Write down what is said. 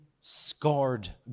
scarred